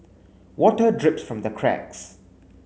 water drips from the cracks